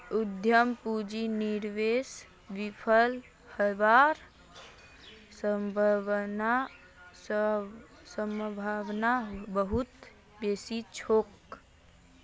उद्यम पूंजीर निवेश विफल हबार सम्भावना बहुत बेसी छोक